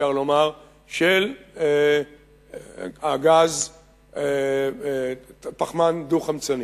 של הגז פחמן דו-חמצני.